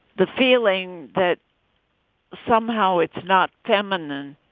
the feeling that somehow it's not feminine.